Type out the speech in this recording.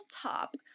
top